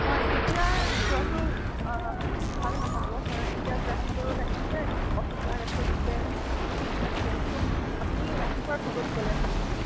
হয় এতিয়া যোৱাটো ভাল নহ'ব কাৰণ এতিয়া ট্ৰেফিকৰো টাইম আছে অফিচাৰ আছে তেন্তে খুব ট্ৰেফিক লাগিব আপুনি ৰাতিপুৱাৰ ভাগত গ'লে ভাল হ'ব